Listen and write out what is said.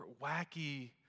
wacky